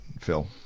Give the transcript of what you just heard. Phil